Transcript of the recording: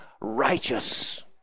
righteous